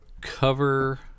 Cover